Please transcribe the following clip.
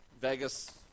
Vegas